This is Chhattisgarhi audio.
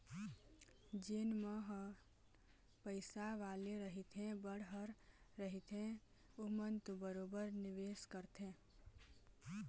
जेन मन ह पइसा वाले रहिथे बड़हर रहिथे ओमन तो बरोबर निवेस करथे